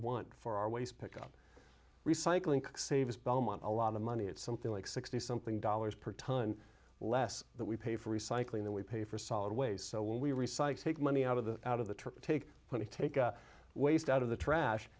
want for our waste pick up recycling saves belmont a lot of money it's something like sixty something dollars per ton less that we pay for recycling than we pay for solid waste so when we recycle take money out of the out of the truck take money take waste out of the trash